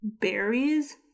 Berries